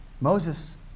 Moses